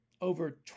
over